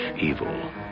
evil